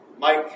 Mike